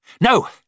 No